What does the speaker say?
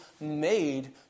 made